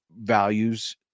values